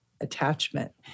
attachment